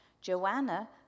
Joanna